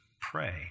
pray